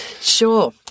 sure